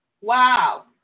Wow